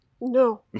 No